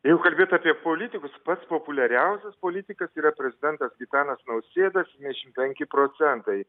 jeigu kalbėt apie politikus pats populiariausias politikas yra prezidentas gitanas nausėda septyniasdešim penki procentai